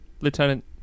Lieutenant